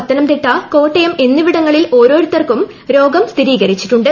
പത്തനംതിട്ട കോട്ടയം എന്നിവിടങ്ങളിൽ് ഓരോരുത്ത്രർക്കും രോഗം സ്ഥിരീകരിച്ചിട്ടുണ്ട്